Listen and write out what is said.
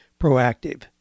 proactive